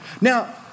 Now